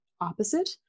opposite